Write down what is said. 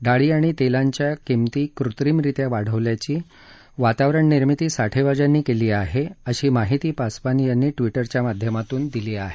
डाळी आणि तेलांच्या किंमती कृत्रिम रित्या वाढल्याची वातावरण निर्मिती साठेबाजांनी केली आहे अशी माहिती पासवान यांनी ट्विटरच्या माध्यमातून दिली आहे